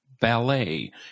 ballet